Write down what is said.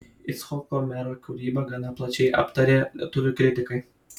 icchoko mero kūrybą gana plačiai aptarė lietuvių kritikai